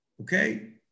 okay